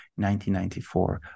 1994